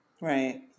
Right